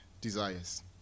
desires